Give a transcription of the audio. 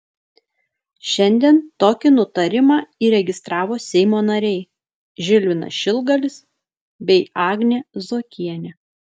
šiandien tokį nutarimą įregistravo seimo nariai žilvinas šilgalis bei agnė zuokienė